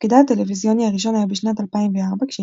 תפקידה הטלוויזיוני הראשון היה בשנת 2004 כשהיא